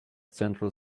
central